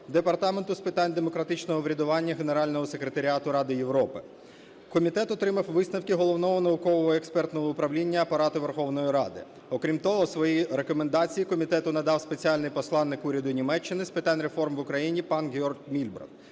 Департаменту з питань демократичного врядування, Генерального секретаріату Ради Європи. Комітет отримав висновки Головного науково-експертного управління Апарату Верховної Ради. Окрім того, свої рекомендації комітету надав спеціальний посланник Уряду Німеччини з питань реформ в Україні пан Георг Мільбрадт.